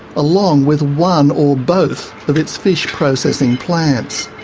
along with one or both of its fish processing plants.